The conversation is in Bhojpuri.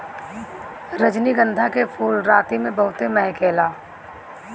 रजनीगंधा के फूल राती में बहुते महके ला